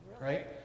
Right